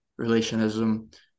relationism